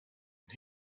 and